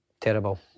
terrible